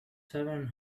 seven